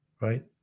right